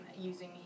using